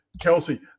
Kelsey